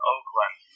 Oakland